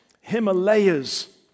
Himalayas